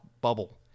bubble